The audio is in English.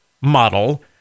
model